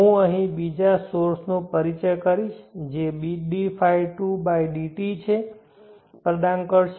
હું અહીં બીજા સોર્સ નો પરિચય કરીશ જે dϕ2dt પ્રદાન કરશે